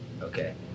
okay